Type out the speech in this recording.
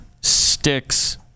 sticks